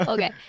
Okay